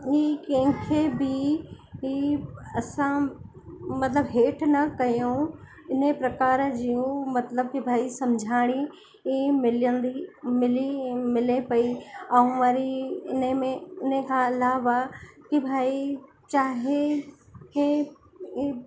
कंहिं खे बि असां मतिलबु हेठि न कयऊं इन प्रकार जूं मतिलबु कि भई सम्झाणी मिलंदी मिली मिले पई ऐं वरी इन में उने खां अलावा कि भई चाहे हे हे